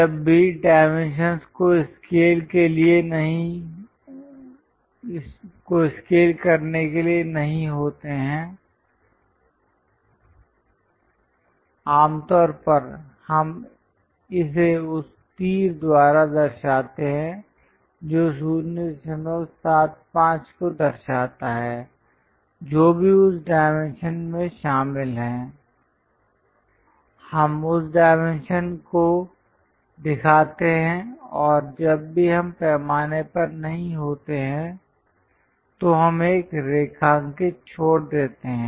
जब भी डाइमेंशंस को स्केल करने के लिए नहीं होते हैं आमतौर पर हम इसे उस तीर द्वारा दर्शाते हैं जो 075 को दर्शाता है जो भी उस डायमेंशन में शामिल है हम उस डायमेंशन को दिखाते हैं और जब भी हम पैमाने पर नहीं होते हैं तो हम एक रेखांकित छोड़ देते हैं